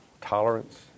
Tolerance